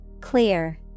Clear